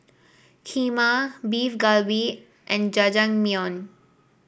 Kheema Beef Galbi and Jajangmyeon